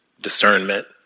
discernment